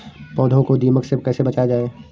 पौधों को दीमक से कैसे बचाया जाय?